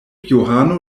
johano